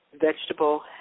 vegetable